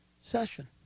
session